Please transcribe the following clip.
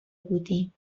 بودیم